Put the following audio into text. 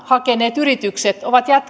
hakeneet yritykset ovat